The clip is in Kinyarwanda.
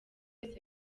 wese